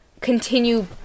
continue